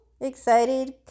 excited